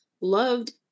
loved